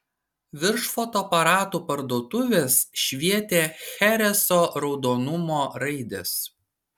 virš fotoaparatų parduotuvės švietė chereso raudonumo raidės